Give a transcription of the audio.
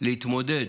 להתמודד